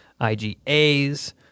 IgAs